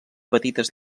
petites